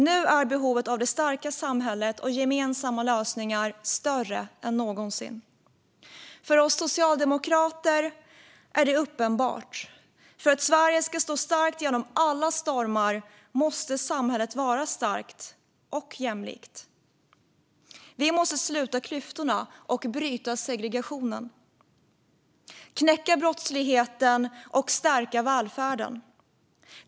Nu är behovet av det starka samhället och gemensamma lösningar större än någonsin. För oss socialdemokrater är detta uppenbart. För att Sverige ska stå starkt genom alla stormar måste samhället vara starkt och jämlikt. Vi måste sluta klyftorna, bryta segregationen, knäcka brottsligheten och stärka välfärden.